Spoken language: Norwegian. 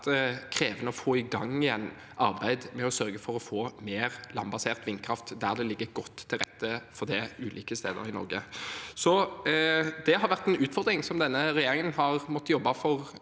har vært krevende å få i gang igjen arbeidet med å sørge for å få mer landbasert vindkraft der det ligger godt til rette for det, ulike steder i Norge. Det har vært en utfordring som denne regjeringen har måttet jobbe for,